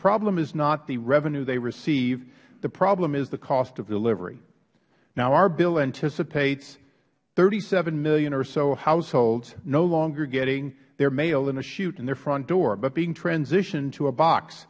problem is not the revenue they receive the problem is the cost of delivery now our bill anticipated thirty seven million or so households no longer getting their mail in a shoot in their front door but being transitioned to a box